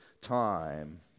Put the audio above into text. time